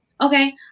Okay